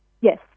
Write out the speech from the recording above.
yes